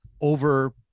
over